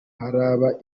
haraba